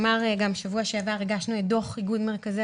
בשבוע שעבר הגשנו לכנסת את דוח איגוד מרכזי